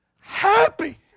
Happy